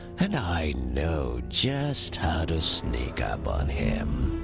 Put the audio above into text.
and i know just how to sneak up on him